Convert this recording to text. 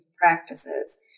practices